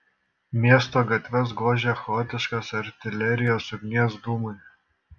miesto gatves gožė chaotiškos artilerijos ugnies dūmai